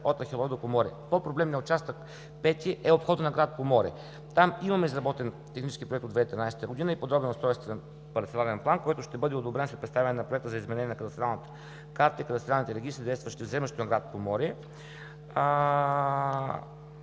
от Ахелой до Поморие. По-проблемният участък пети е обходът на град Поморие. Там имаме изработен технически проект от 2013 г. и подробен устройствен парцеларен план, който ще бъде одобрен след представяне на Проекта за изменение на кадастралните карти, кадастралните регистри, действащи в землището на град Поморие.